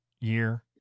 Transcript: year